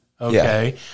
Okay